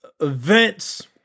events